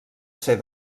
ser